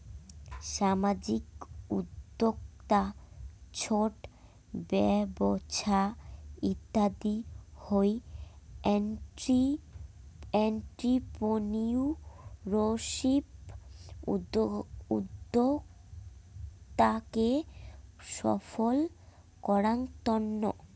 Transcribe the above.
সামাজিক উদ্যক্তা, ছট ব্যবছা ইত্যাদি হউ এন্ট্রিপ্রেনিউরশিপ উদ্যোক্তাকে সফল করাঙ তন্ন